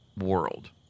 world